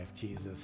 Jesus